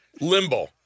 Limbo